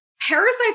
parasites